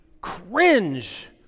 cringe